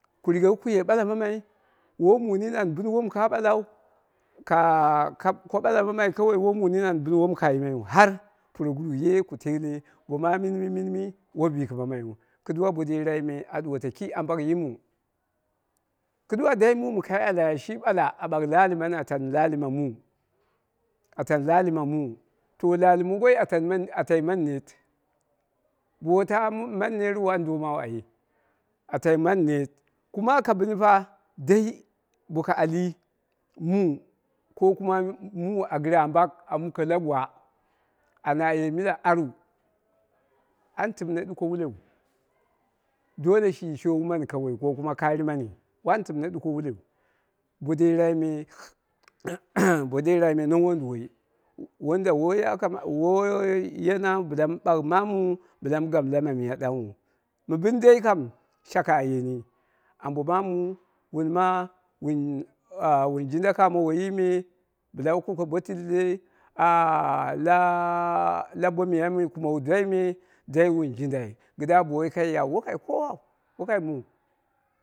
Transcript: Ku rigaku kuye ɓala mammai, woi mu nini aku bɨn wom ka ɓalau, ka kap ko ɓala mammai, woi mu nini an bɨn womu ka yimaiyu, puroguru ye ku telle bo ma yimaiyu, puroguru ye ku telle bo ma minmi minmi woi bɨkɨmamaiye kɨduwa bo derai me a ɗuwoto kai ambak yimu. Kɨdda dai mum kai alaya shi ɓala a ɓau laali mani a taani laali ma mu, la ali ma mu to laali mongoi a tai man net, bo woi ta mani neru waan domu ai, atai mani net kuma ka bɨni ta dai boko ali mu kokuma mu a g4re ambak a muke la gwa anya mila aru waan timne ɗuka wuleu dole shi shoowi mani kawai ko kuma karri mani an timne ɗuko wuleu. Bo derai me aam bo deraime non wonduwoi wanda woi ya kamata woi yena bɨla mɨ ɓagh mammu bɨla mɨ gamu la ma miya ɗangnghu, mɨ bɨn dai kam shaka a yeni wuni ma wu wun jinda kamo woiyi me bɨla kulle bo tildei ah an la miya mɨ kumowu dwai me wun jindai kɨduwa bo wokai yau wokai kowau, wo kai muu.